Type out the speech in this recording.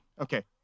Okay